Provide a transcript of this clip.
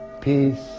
peace